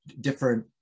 different